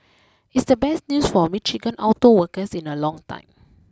it's the best news for Michigan auto workers in a long time